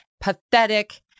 pathetic